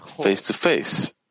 face-to-face